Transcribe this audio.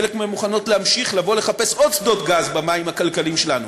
חלק מהן מוכנות להמשיך לבוא לחפש עוד שדות גז במים הכלכליים שלנו,